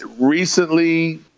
recently